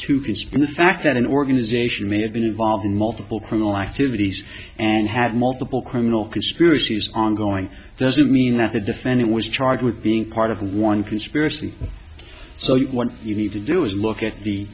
considering the fact that an organization may have been involved in multiple criminal activities and had multiple criminal conspiracies ongoing doesn't mean that the defendant was charged with being part of one conspiracy so what you need to do is look at the